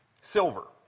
silver